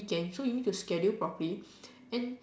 end so you need to schedule properly and